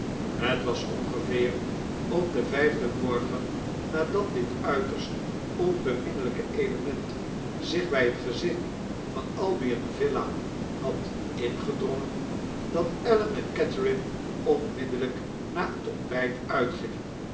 het was ongeveer op den vjjfden morgen nadat dit uiterst onbeminneljjke element zich bj het gezin van albi o villa had ingedrongen dat ellen en catherine onmiddellflk na het ontbijt uitgingen